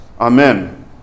Amen